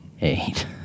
Eight